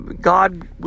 God